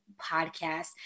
podcast